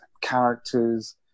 characters